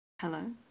Hello